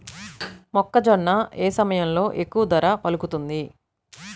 మొక్కజొన్న ఏ సమయంలో ఎక్కువ ధర పలుకుతుంది?